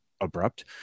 abrupt